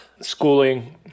schooling